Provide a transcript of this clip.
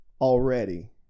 already